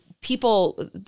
people